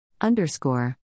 Underscore